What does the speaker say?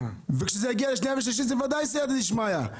וכאשר זה יגיע לקריאה שנייה ושלישית זה בוודאי סיעתא דשמיא.